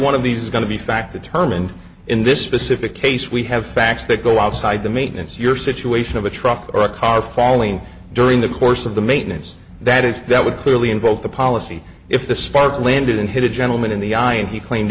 one of these is going to be fact a term and in this specific case we have facts that go outside the maintenance your situation of a truck or a car falling during the course of the maintenance that is that would clearly invoke the policy if the spark landed and hit a gentleman in the eye and he claimed